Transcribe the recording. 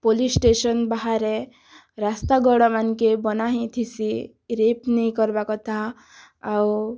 police station ବାହାରେ ରାସ୍ତା ଗଡ଼ା ମାନ୍କେ ବନା ହେଇଥେସି ରେପ୍ ନାଇଁ କର୍ବାର୍ କଥା ଆଉ